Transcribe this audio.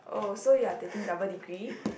oh so you are taking double degree